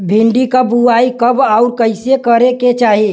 भिंडी क बुआई कब अउर कइसे करे के चाही?